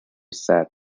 sad